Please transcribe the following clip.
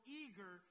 eager